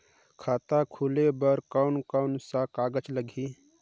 खाता खुले बार कोन कोन सा कागज़ लगही?